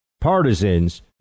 partisans